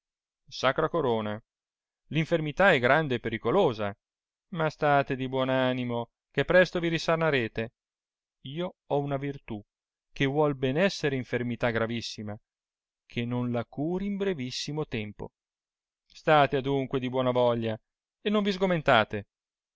sacra corona infermità è grande e pericolosa ma state di buon animo che presto vi risanarete io ho una virtù che vuol ben esser infermità gravissima che non la curi in brevissimo tempo state adunque di buona voglia e non vi sgomentate